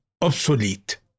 obsolete